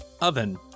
Oven